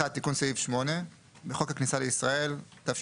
"חוק הכניסה לישראל (תיקון מס' 34),